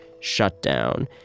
shutdown